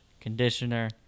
conditioner